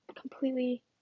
completely